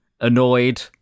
annoyed